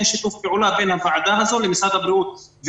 שיתוף פעולה בין הוועדה הזו למשרד הבריאות.